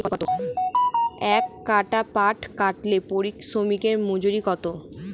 এক একর পাট কাটতে শ্রমিকের মজুরি কত?